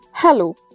Hello